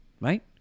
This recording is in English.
Right